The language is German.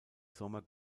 sommer